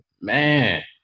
man